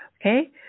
Okay